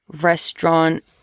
restaurant